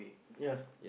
ya